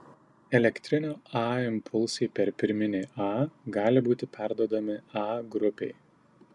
elektrinio a impulsai per pirminį a gali būti perduodami a grupei